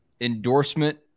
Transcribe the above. endorsement